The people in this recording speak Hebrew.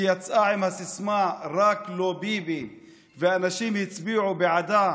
שיצאה עם הסיסמה "רק לא ביבי", ואנשים הצביעו בעדה